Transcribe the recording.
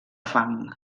fang